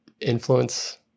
influence